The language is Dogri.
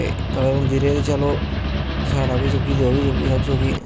अगर होंदी रेह् ते चलो साढ़ा बी सुखी ते ओहबी सुखी सब सुखी